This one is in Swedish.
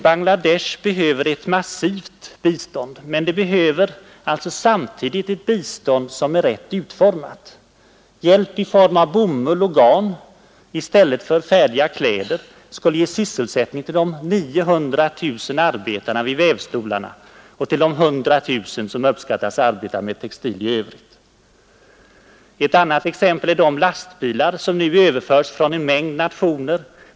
Bangladesh behöver ett massivt bistånd, men det behöver alltså samtidigt ett bistånd som är rätt utformat. Hjälp i form av bomull och garn i stället för färdiga kläder skulle ge sysselsättning åt de 900 000 arbetarna vid vävstolarna och till de 100 000 som uppskattas arbeta med textil i övrigt. Ett annat exempel är de lastbilar som nu överförs från en mängd nationer.